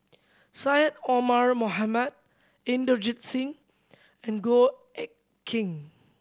Syed Omar Mohamed Inderjit Singh and Goh Eck Kheng